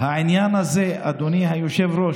העניין הזה, אדוני היושב-ראש,